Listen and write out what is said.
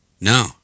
No